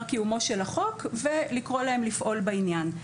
קיומו של החוק ולקרוא להם לפעול בעניין.